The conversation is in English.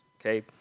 Okay